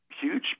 huge